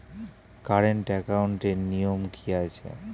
Current একাউন্টের নিয়ম কী আছে?